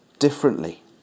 differently